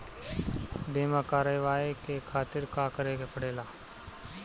बीमा करेवाए के खातिर का करे के पड़ेला?